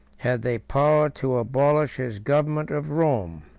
had they power to abolish his government of rome?